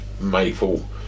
maple